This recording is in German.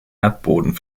erdboden